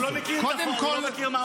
מה, הוא לא מכיר מה הוא מעלה?